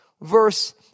verse